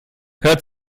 hört